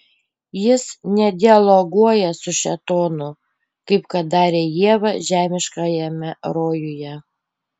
jis nedialoguoja su šėtonu kaip kad darė ieva žemiškajame rojuje